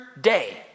day